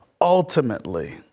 ultimately